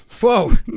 Whoa